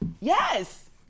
Yes